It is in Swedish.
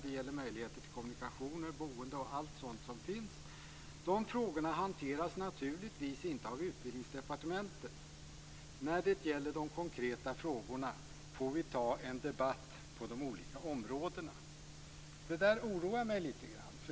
Det gäller de möjligheter till kommunikationer, boende och allt sådant som finns. De frågorna hanteras naturligtvis inte av Utbildningsdepartementet. När det gäller de konkreta frågorna får vi ta en debatt på de olika områdena." Detta oroar mig lite grann.